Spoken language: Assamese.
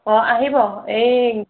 অঁ আহিব এই